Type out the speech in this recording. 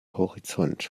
horizont